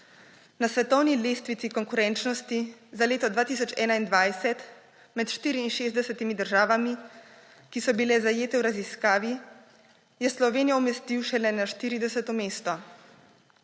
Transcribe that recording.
Na svetovni lestvici konkurenčnosti za leto 2021 med 64 državami, ki so bile zajete v raziskavi, je Slovenijo umestil šele na 40. mesto.